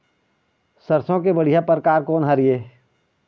सरसों के बढ़िया परकार कोन हर ये?